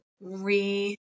re